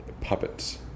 Puppets